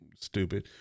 stupid